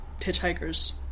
hitchhikers